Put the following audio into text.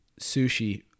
sushi